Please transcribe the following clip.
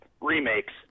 remakes